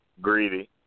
Greedy